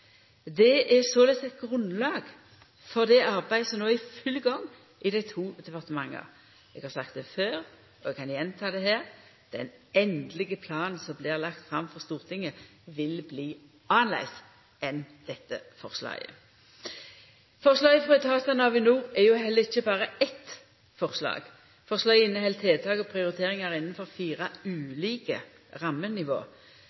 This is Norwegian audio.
Det er såleis eit grunnlag for det arbeidet som no er i full gang i dei to departementa. Eg har sagt det før, og eg kan gjenta det her: Den endelege planen som blir lagd fram for Stortinget, vil bli annleis enn dette forslaget. Forslaget frå etatane og Avinor er jo heller ikkje berre eitt forslag. Forslaget inneheld tiltak og prioriteringar innanfor fire